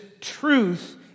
truth